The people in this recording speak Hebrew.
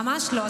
ממש לא.